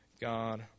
God